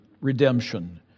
Redemption